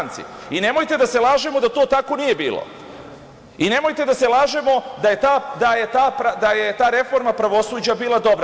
Nemojte da se lažemo da to tako nije bilo, i nemojte da se lažemo da je ta reforma pravosuđa bila dobra.